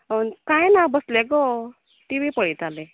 अं काय ना गो बसले गो टि वी पळयताले